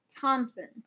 Thompson